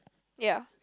ya